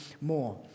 more